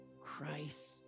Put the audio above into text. Christ